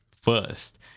first